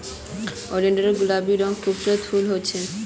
oleander गुलाबी रंगेर खूबसूरत फूल ह छेक